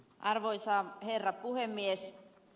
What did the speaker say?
arvoisa herra puhemies